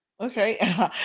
okay